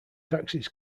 taxis